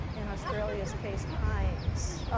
in australia's case, pines.